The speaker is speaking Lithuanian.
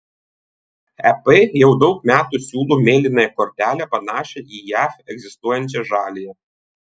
ep jau daug metų siūlo mėlynąją kortelę panašią į jav egzistuojančią žaliąją